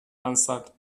answered